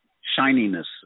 Shininess